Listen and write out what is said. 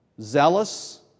zealous